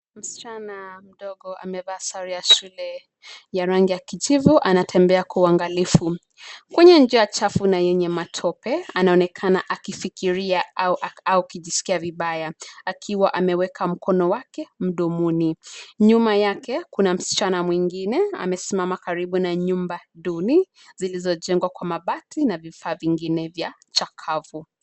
Msichana mdogo amevaa sare ya shule ya rangi ya kijivu, anatembea kwa uangalifu kwenye njia chafu na yenye matope. Anaonekana akifikiria au akijiskia vibaya akiwa ameweka mkono wake mdomoni. Nyuma yake kuna kuna msichana mwengine amesimama karibu na nyumba duni zilizojengwa kwa mabati na vifaa vingine vya chakavu.